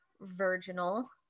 virginal